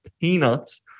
peanuts